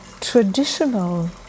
traditional